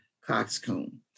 coxcomb